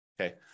Okay